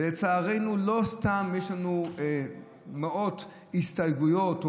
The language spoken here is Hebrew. ולצערנו לא סתם יש לנו מאות הסתייגויות,